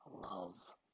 love